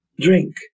drink